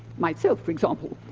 myself, for example.